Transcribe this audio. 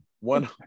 One